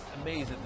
Amazing